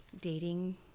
dating